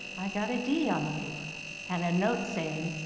i got a d on the paper and a note saying,